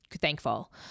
thankful